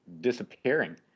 disappearing